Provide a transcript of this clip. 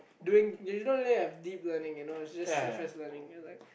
doing they don't really have deep learning you know there's just surface learning you're like